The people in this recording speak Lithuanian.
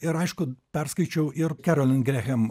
ir aišku perskaičiau ir kerolin grehem